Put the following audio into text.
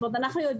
אנחנו,